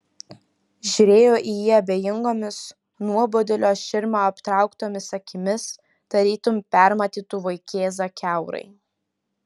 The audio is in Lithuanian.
žiūrėjo į jį abejingomis nuobodulio širma aptrauktomis akimis tarytum permatytų vaikėzą kiaurai